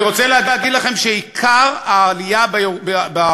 אני רוצה להגיד לכם שעיקר העלייה בעוני